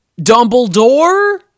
Dumbledore